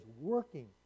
working